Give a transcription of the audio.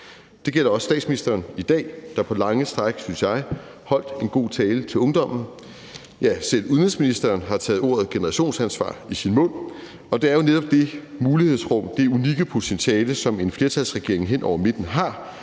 Det gælder også statsministeren i dag, der på lange stræk, synes jeg, holdt en god tale til ungdommen. Ja, selv udenrigsministeren har taget ordet generationsansvar i sin mund. Og det er jo netop det mulighedsrum og det unikke potentiale, som en flertalsregering hen over midten har,